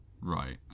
Right